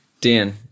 Dan